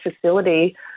facility